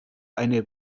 eine